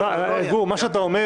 גור, מה שאתה אומר